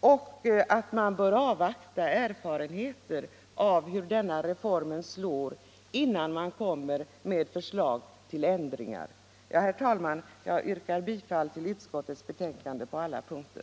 har ansett att man bör avvakta erfarenheterna av hur reformen slår, innan man kommer med förslag till ändringar. Herr talman! Jag yrkar bifall till utskottets betänkande på alla punkter.